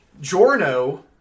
Jorno